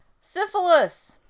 Syphilis